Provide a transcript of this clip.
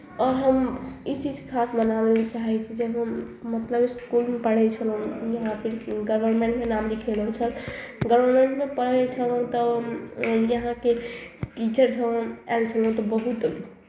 आओर हम ई चीज खास बताबै लए चाहै छी जे हम मतलब इसकुलमे पढ़ै छलहुँ यहाँ फिर गवर्नमेंटमे नाम लिखायल गेल छल गवर्नमेंटमे पढ़ै छलहुँ तऽ यहाँके टीचर जे आयल छलहुँ तऽ बहुत